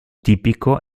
tipico